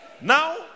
Now